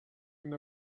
and